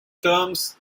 terms